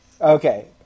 Okay